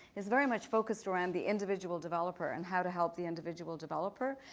is very much focused around the individual developer and how to help the individual developer.